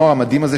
הנוער המדהים הזה,